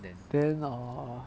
then err